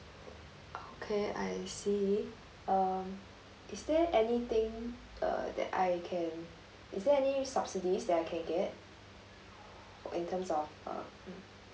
okay I see um is there anything err that I can is there any subsidies that I can get in terms of uh mm